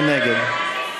מי נגד?